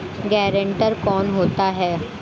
Guarantor कौन होता है?